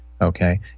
Okay